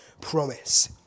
promise